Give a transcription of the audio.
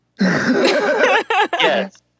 Yes